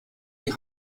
die